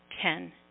Ten